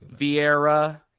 Vieira